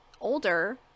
older